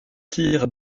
tirs